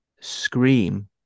Scream